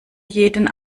jeden